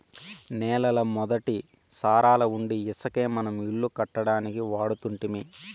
నేలల మొదటి సారాలవుండీ ఇసకే మనం ఇల్లు కట్టడానికి వాడుతుంటిమి